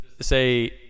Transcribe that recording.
say